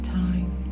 time